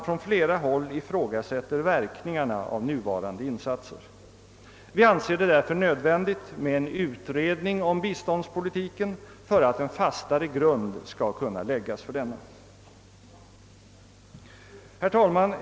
Från flera håll ifrågasätts verkningarna av de nuvarande insatserna. Vi anser det därför nödvändigt med en utredning om biståndspolitiken för att en fastare grund skall kunna läggas för den. Herr talman!